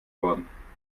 worden